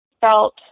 felt